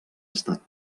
estat